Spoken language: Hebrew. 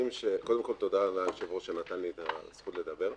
קודם כל, תודה ליושב-ראש שנתן לי את הזכות לדבר.